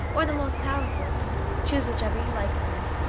or the most powerful choose whichever you like for him.